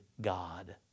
God